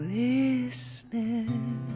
listening